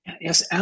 Yes